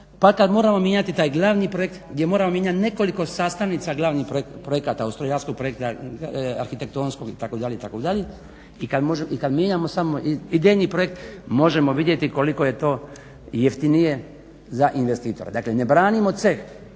pa kad moramo mijenjati taj glavni projekt gdje moramo mijenjati nekoliko sastavnica glavnih projekata od strojarskog projekta, arhitektonskog itd. itd. i kad mijenjamo samo idejni projekt možemo vidjeti koliko je to jeftinije za investitora. Dakle, ne branimo ceh